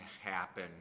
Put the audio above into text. happen